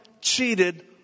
cheated